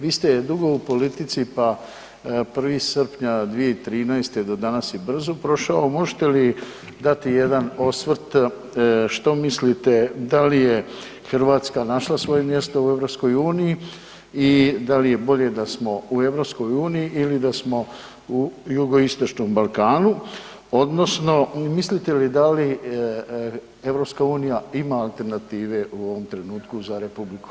Vi ste dugo u politici pa 1. srpnja 2013. do danas je brzo prošao, možete li dati jedan osvrt što mislite, da li je Hrvatska našla svoje mjesto u EU i da li je bolje da smo u EU ili da smo u jugoistočnom Balkanu, odnosno mislite li da li EU ima alternative u ovom trenutku za RH?